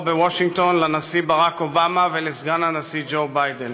בוושינגטון במתנה לנשיא ברק אובמה ולסגן הנשיא ג'ו ביידן.